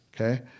Okay